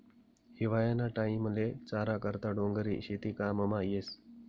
हिवायाना टाईमले चारा करता डोंगरी शेती काममा येस